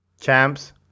champs